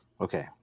Okay